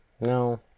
no